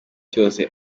cyose